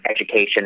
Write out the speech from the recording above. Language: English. education